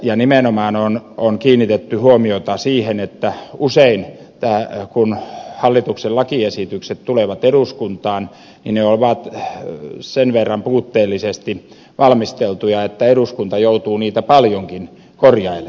ja nimenomaan on kiinnitetty huomiota siihen että usein kun hallituksen lakiesitykset tulevat eduskuntaan ne ovat sen verran puutteellisesti valmisteltuja että eduskunta joutuu niitä paljonkin korjailemaan